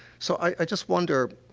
so, i i just wonder,